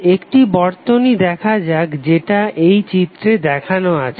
তো একটি বর্তনী দেখা যাক যেটা এই চিত্রে দেখানো আছে